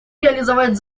реализовать